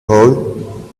hole